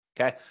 Okay